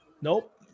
Nope